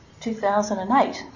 2008